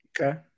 Okay